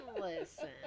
listen